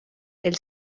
els